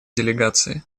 делегации